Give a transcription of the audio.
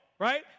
Right